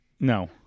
No